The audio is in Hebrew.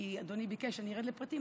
אדוני ביקש שאני ארד לפרטים,